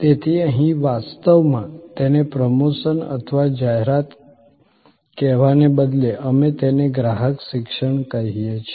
તેથી અહીં વાસ્તવમાં તેને પ્રમોશન અથવા જાહેરાત કહેવાને બદલે અમે તેને ગ્રાહક શિક્ષણ કહીએ છીએ